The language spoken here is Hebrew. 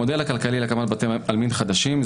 המודל הכלכלי להקמת בתי עלמין חדשים הוא